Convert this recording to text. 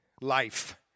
life